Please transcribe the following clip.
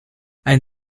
ein